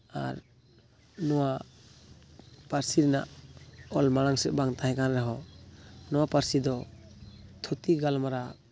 ᱟᱨ ᱱᱚᱣᱟ ᱯᱟᱹᱨᱥᱤ ᱨᱮᱱᱟᱜ ᱚᱞ ᱢᱟᱲᱟᱝ ᱥᱮᱫ ᱵᱟᱝ ᱛᱟᱦᱮᱸ ᱠᱟᱱ ᱨᱮᱦᱚᱸ ᱱᱚᱣᱟ ᱯᱟᱹᱨᱥᱤ ᱫᱚ ᱛᱷᱩᱛᱤ ᱜᱟᱞᱢᱟᱨᱟᱣ